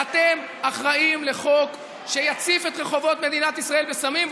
אתם אחראים לחוק שיציף את רחובות מדינת ישראל בסמים.